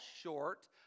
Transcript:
short